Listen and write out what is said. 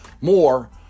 more